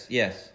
yes